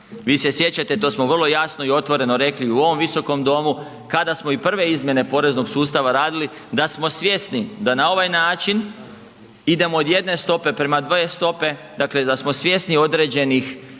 Vi se sjećate, to smo vrlo jasno i otvoreno rekli u ovom Visokom domu, kada smo i prve izmjene poreznog sustava radili, da smo svjesni da na ovaj način idemo od jedne stope prema dvije stope, dakle da smo svjesni određenih